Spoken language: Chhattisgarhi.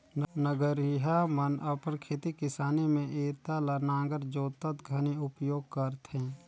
नगरिहा मन अपन खेती किसानी मे इरता ल नांगर जोतत घनी उपियोग करथे